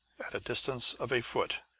at a distance of a foot,